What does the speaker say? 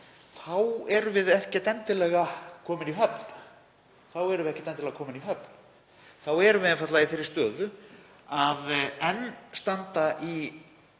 þá erum við ekkert endilega komin í höfn. Þá erum við einfaldlega í þeirri stöðu að enn standa í